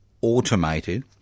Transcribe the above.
automated